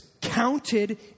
counted